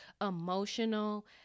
emotional